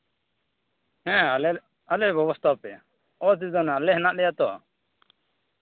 ᱦᱮᱸ ᱟᱞᱮ ᱟᱞᱮ ᱞᱮ ᱵᱮᱵᱚᱥᱛᱷᱟ ᱟᱯᱮᱭᱟ ᱚᱥᱩᱵᱤᱫᱷᱟ ᱵᱟᱹᱱᱩᱜᱼᱟ ᱟᱞᱮ ᱢᱮᱱᱟᱜ ᱞᱮᱭᱟ ᱛᱚ